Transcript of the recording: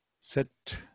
sit